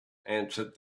answered